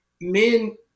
men